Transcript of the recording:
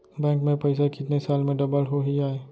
Bank में पइसा कितने साल में डबल होही आय?